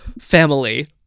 family